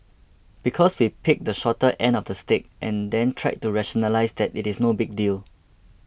because we picked the shorter end of the stick and then tried to rationalise that it is no big deal